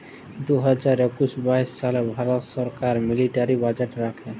দু হাজার একুশ বাইশ সালে ভারত ছরকার মিলিটারি বাজেট রাখে